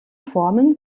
formen